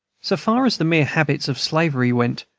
so far as the mere habits of slavery went,